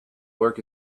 work